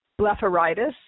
blepharitis